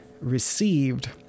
received